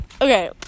Okay